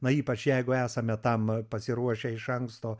na ypač jeigu esame tam pasiruošę iš anksto